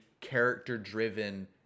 character-driven